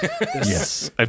Yes